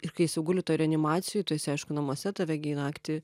ir kai jis jau guli reanimacijoj tuose namuose tave gi naktį